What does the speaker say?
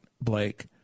Blake